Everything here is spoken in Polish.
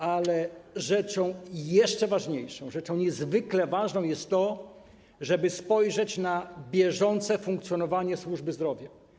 Ale rzeczą jeszcze ważniejszą, rzeczą niezwykle ważną jest to, żeby spojrzeć na bieżące funkcjonowanie służby zdrowia.